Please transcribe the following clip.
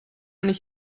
nicht